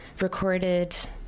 recorded